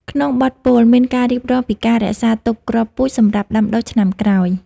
ក្នុងបទពោល មានការរៀបរាប់ពីការរក្សាទុកគ្រាប់ពូជសម្រាប់ដាំដុះឆ្នាំក្រោយ។